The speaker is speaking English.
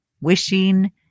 wishing